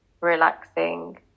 relaxing